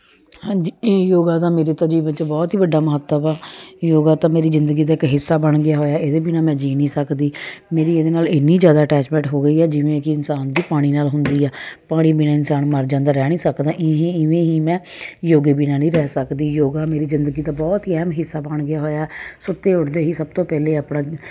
ਹਾਂਜੀ ਯੋਗਾ ਦਾ ਮੇਰੇ ਤਾਂ ਜੀਵਨ ਚ ਬਹੁਤ ਹੀ ਵੱਡਾ ਮਹੱਤਵ ਯੋਗਾ ਤਾਂ ਮੇਰੇ ਜ਼ਿੰਦਗੀ ਦਾ ਹਿੱਸਾ ਬਣ ਗਿਆ ਹੋਇਆ ਇਹਦੇ ਬਿਨਾ ਮੈਂ ਜੀਅ ਨਹੀਂ ਸਕਦੀ ਮੇਰੀ ਇਹਦੇ ਨਾਲ ਇੰਨੀ ਜਿਆਦਾ ਅਟੈਚਮੈਂਟ ਹੋ ਗਈ ਜਿਵੇਂ ਕਿ ਇਨਸਾਨ ਦੀ ਪਾਣੀ ਨਾਲ ਹੁੰਦੀ ਆ ਪਾਣੀ ਬਿਨਾਂ ਇਨਸਾਨ ਮਰ ਜਾਂਦਾ ਰਹਿ ਨਹੀਂ ਸਕਦਾ ਈਂ ਹੀ ਇਵੇਂ ਹੀ ਮੈਂ ਯੋਗੇ ਬਿਨਾਂ ਹੀਂ ਰਹਿ ਸਕਦੀ ਯੋਗਾ ਮੇਰੀ ਜਿੰਦਗੀ ਦਾ ਬਹੁਤ ਹੀ ਅਹਿਮ ਹਿੱਸਾ ਬਣ ਗਿਆ ਹੋਇਆ ਸੁੱਤੇ ਉੱਠਦੇ ਹੀ ਸਭ ਤੋਂ ਪਹਿਲੇ ਆਪਣਾ